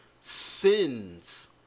sins